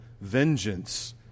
Vengeance